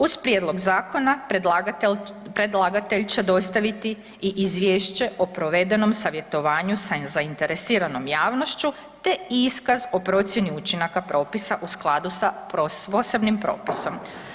Uz prijedlog zakona predlagatel, predlagatelj će dostaviti i izvješće o provedenom savjetovanju sa zainteresiranom javnošću, te iskaz o procjeni učinaka propisa u skladu sa posebnim propisom.